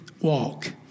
walk